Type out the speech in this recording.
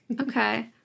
Okay